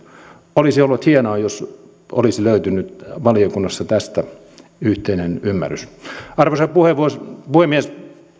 olisi ollut hienoa jos olisi löytynyt valiokunnassa tästä yhteinen ymmärrys arvoisa puhemies puhemies